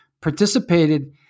participated